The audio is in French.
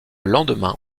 lendemain